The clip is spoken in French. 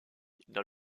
dans